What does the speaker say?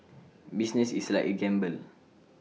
business is like A gamble